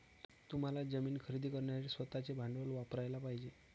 तुम्हाला जमीन खरेदी करण्यासाठी स्वतःचे भांडवल वापरयाला पाहिजे